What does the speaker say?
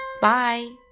Bye